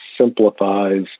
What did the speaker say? simplifies